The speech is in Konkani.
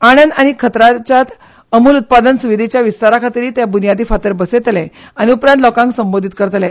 आणंद आनी खतराजात अमूल उत्पादन सुवीधेच्या विस्ताराखातीरय ते बुन्यादी फातर बसयतले आनी उपरांत लोकांक संबोधीत करतले